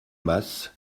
mas